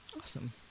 Awesome